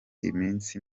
iminsi